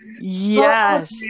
yes